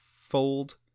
fold